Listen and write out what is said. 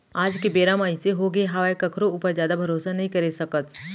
आज के बेरा म अइसे होगे हावय कखरो ऊपर जादा भरोसा नइ करे सकस